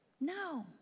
No